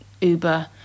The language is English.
Uber